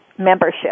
Membership